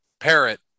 parrot